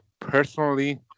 personally